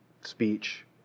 speech